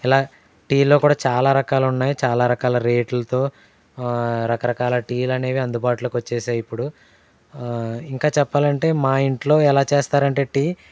ఇలా టీలో కూడా చాలా రకాలున్నాయి చాల రకాల రేట్లతో రకరకాల టీలు అనేవి అందుబాటులోకి వచ్చేసాయి ఇపుడు ఇంకా చెప్పాలంటే మా ఇంట్లో ఎలా చేస్తారంటే టీ